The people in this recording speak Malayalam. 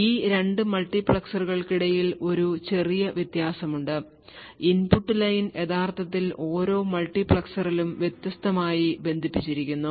ഈ 2 മൾട്ടിപ്ലക്സറുകൾക്കിടയിൽ ഒരു ചെറിയ വ്യത്യാസമുണ്ട് ഇൻപുട്ട് ലൈൻ യഥാർത്ഥത്തിൽ ഓരോ മൾട്ടിപ്ലക്സറിലും വ്യത്യസ്തമായി ബന്ധിപ്പിച്ചിരിക്കുന്നു